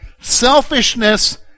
selfishness